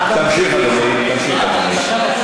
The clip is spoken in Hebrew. אתם מלאים שנאה.